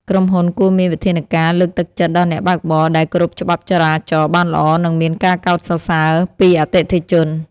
ក្រុមហ៊ុនគួរមានវិធានការលើកទឹកចិត្តដល់អ្នកបើកបរដែលគោរពច្បាប់ចរាចរណ៍បានល្អ និងមានការកោតសរសើរពីអតិថិជន។